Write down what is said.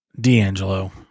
D'Angelo